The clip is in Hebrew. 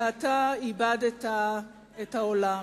ואתה איבדת את העולם.